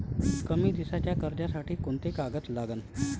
कमी दिसाच्या कर्जासाठी कोंते कागद लागन?